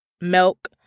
milk